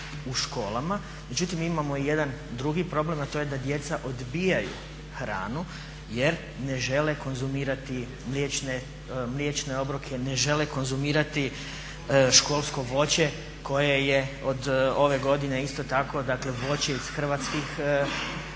u školama, međutim imamo i jedan drugi problem, a to je da djeca odbijaju hranu jer ne žele konzumirati mliječne obroke, ne žele konzumirati školsko voće koje je od ove godine isto tako dakle voće iz hrvatskih